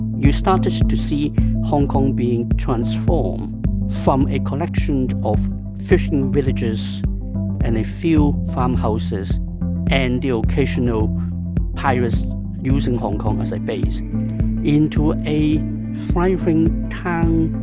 you started to see hong kong being transformed from a collection of fishing villages and a few farmhouses and the occasional pirates using hong kong as a base into a thriving town,